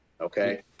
Okay